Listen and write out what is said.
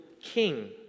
king